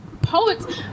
Poets